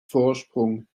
vorsprung